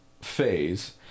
phase